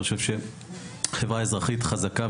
אני חושב שהחברה האזרחים חזקה,